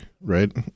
right